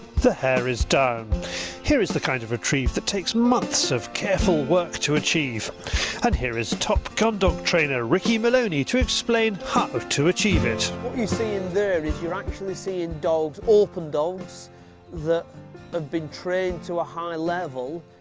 the hare is down here is the kind of retrieve that takes months of careful work to achieve. and here is top gundog trainer ricky moloney to explain how to achieve it. what you are seeing there is you are actually seeing dogs, open dogs that have been trained to a high level.